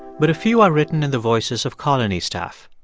but a few are written in the voices of colony staff.